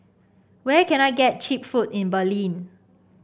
where can I get cheap food in Berlin